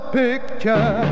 picture